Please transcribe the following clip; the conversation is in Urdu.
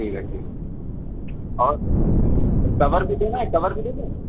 ٹھیک ہے ٹھیک ہے اور کور بھی دینا ہے کور بھی دے دیں